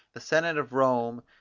the senate of rome,